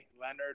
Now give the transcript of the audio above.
Leonard